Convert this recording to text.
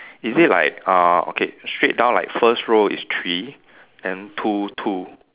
is it like uh okay straight down like first row is three then two two